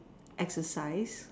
exercise